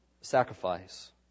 sacrifice